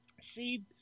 See